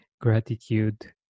gratitude